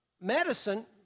Medicine